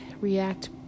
react